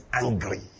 angry